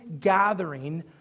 gathering